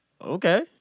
Okay